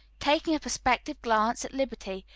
taking a prospective glance at liberty,